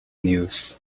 news